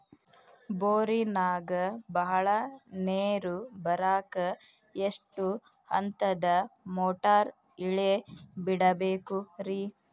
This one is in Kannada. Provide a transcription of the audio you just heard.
ಬೋರಿನಾಗ ಬಹಳ ನೇರು ಬರಾಕ ಎಷ್ಟು ಹಂತದ ಮೋಟಾರ್ ಇಳೆ ಬಿಡಬೇಕು ರಿ?